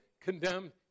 condemned